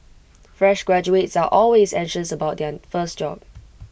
fresh graduates are always anxious about their first job